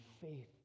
faith